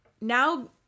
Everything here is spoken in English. now